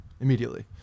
immediately